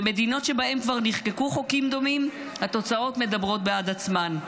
במדינות שבהן כבר נחקקו חוקים דומים התוצאות מדברות בעד עצמן.